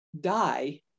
die